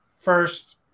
First